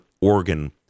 organ